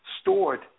stored